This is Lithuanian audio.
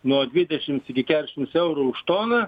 nuo dvidešims iki keturiašims eurų už toną